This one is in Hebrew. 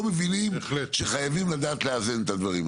לא מבינים שחייבים לדעת לאזן את הדברים האלה.